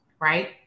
right